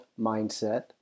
mindset